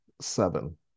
seven